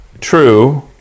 true